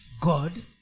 God